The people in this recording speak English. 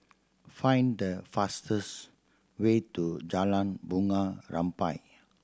find the fastest way to Jalan Bunga Rampai